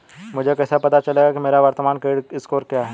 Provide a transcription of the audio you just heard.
मुझे कैसे पता चलेगा कि मेरा वर्तमान क्रेडिट स्कोर क्या है?